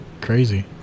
crazy